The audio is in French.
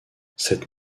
cette